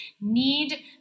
need